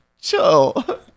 Chill